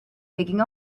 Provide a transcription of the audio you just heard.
digging